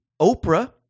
Oprah